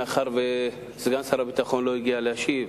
מאחר שסגן שר הביטחון לא הגיע להשיב.